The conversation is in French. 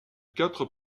quatre